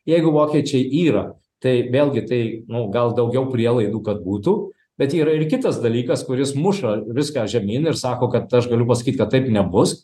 jeigu vokiečiai yra tai vėlgi tai nu gal daugiau prielaidų kad būtų bet yra ir kitas dalykas kuris muša viską žemyn ir sako kad aš galiu pasakyt kad taip nebus